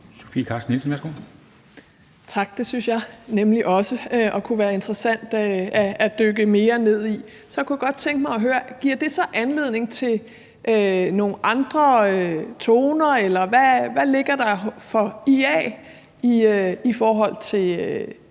Tak. Det synes jeg nemlig også, og det kunne være interessant at dykke mere ned i. Så kunne jeg godt tænke mig at høre: Giver det så anledning til nogle andre toner, eller hvad ligger der for IA i